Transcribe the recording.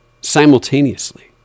Simultaneously